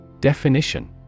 Definition